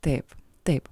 taip taip